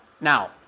Now